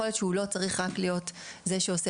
יכול להיות שהוא לא צריך רק להיות זה שעושה